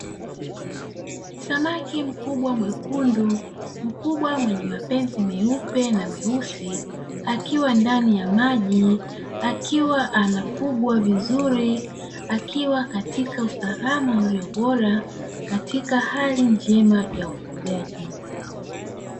Samaki mkubwa mwekundu mkubwa mwenye mapezi meupe na meusi, akiwa ndani ya maji akiwa anafugwa vizuri akiwa katika usalama ulio bora katika hali njema ya ufugaji.